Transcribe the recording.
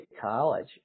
college